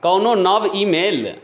कोनो नव ई मेल